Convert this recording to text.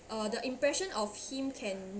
uh the impression of him can